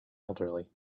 elderly